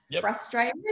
frustrated